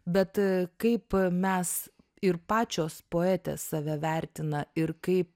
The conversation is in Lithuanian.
bet kaip mes ir pačios poetės save vertina ir kaip